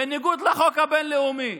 בניגוד לחוק הבין-לאומי,